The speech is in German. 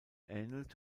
ähnelt